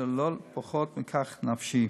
אלא לא פחות מכך נפשי.